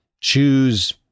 choose